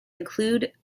include